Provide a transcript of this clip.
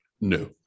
No